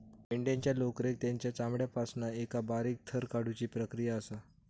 मेंढ्यांच्या लोकरेक तेंच्या चामड्यापासना एका बारीक थर काढुची प्रक्रिया असा